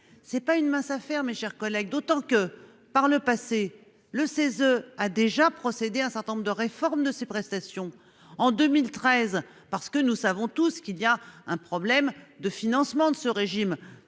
C'est pas une mince affaire. Mes chers collègues, d'autant que par le passé, le CESE a déjà procédé à un certain nombre de réformes de ses prestations en 2013 parce que nous savons tous qu'il y a un problème de financement de ce régime.